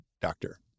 doctor